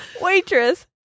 Waitress